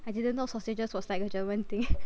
I didn't know sausages was like a German thing